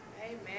Amen